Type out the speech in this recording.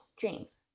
James